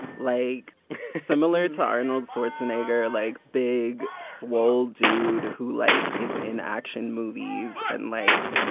like similar to arnold schwarzenegger, like big swole dude who like is in action movies and like,